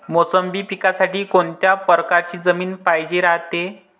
मोसंबी पिकासाठी कोनत्या परकारची जमीन पायजेन रायते?